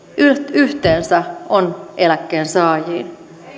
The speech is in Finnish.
yhteensä on eläkkeensaajiin